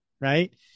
right